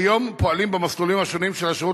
כיום פועלים במסלולים השונים של השירות